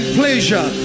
pleasure